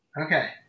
Okay